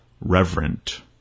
reverent